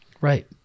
Right